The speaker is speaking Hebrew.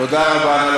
תודה רבה.